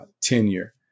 tenure